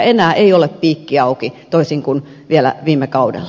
enää ei ole piikki auki toisin kuin vielä viime kaudella